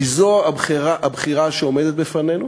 כי זו הבחירה שעומדת בפנינו